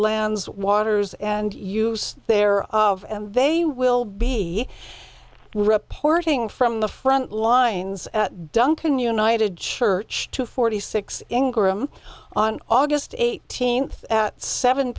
lands waters and use their they will be reporting from the front lines at dunkin united church two forty six ingram on august eighth eighteenth at seven